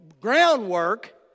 groundwork